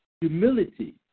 humility